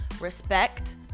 respect